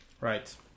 Right